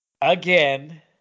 again